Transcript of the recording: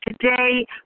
Today